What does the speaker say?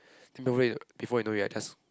before I know it I just